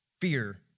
fear